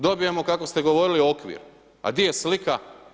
Dobijemo, kako ste govorili okvir, a di je slika?